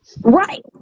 Right